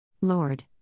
Lord